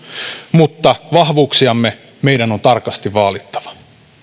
mutta vahvuuksiamme meidän on tarkasti vaalittava